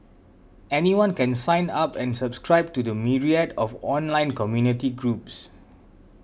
anyone can sign up and subscribe to the myriad of online community groups